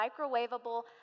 microwavable